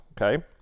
okay